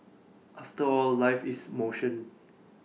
after all life is motion